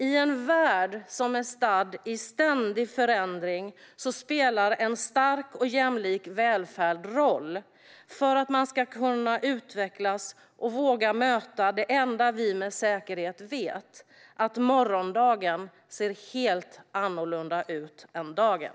I en värld som är stadd i ständig förändring spelar en stark och jämlik välfärd roll för att man ska kunna utvecklas och våga möta det enda vi med säkerhet vet, att morgondagen ser helt annorlunda ut än dagen.